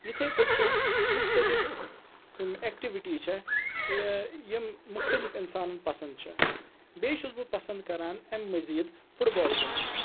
یِتھے پٲٹھۍ چھِ مُختلِف یِم ایٚکٹِوِٹی چھےٚ یِم مُختلِف اِنسانَن پَسنٛد چھےٚ بیٚیہِ چھُس بہٕ پَسنٛد کَران اَمہِ مٔزیٖد فُٹ بال گِنٛدُن